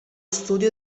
studio